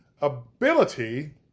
ability